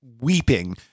weeping